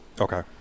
Okay